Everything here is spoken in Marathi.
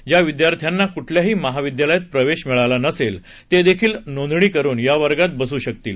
ज्या विद्यार्थ्यांना कुठल्याही महाविद्यालयात प्रवेश मिळाला नसेल ते देखील नोंदणी करून या वर्गात बसू शकतील